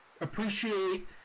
appreciate